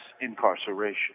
incarceration